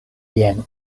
jen